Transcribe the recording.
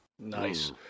nice